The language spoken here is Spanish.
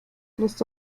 los